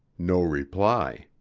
no reply.